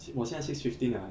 我现在 six fifteen 了 eh